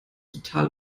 total